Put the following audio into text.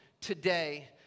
today